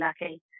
lucky